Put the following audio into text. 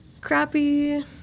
Crappy